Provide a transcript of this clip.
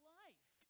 life